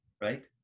right